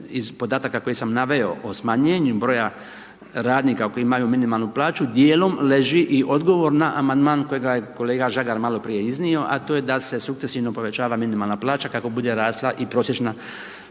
iz podataka koje sam naveo o smanjenju broja radnika, koji imaju minimalnu plaću, dijelom leži i odgovor na amandman kojega je kolega Žagar maloprije iznio, a to je da se sukcesivno povećava minimalan plaća kako bude rasla i prosječna